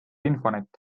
infonet